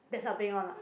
there's something on lah